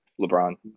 LeBron